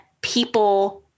people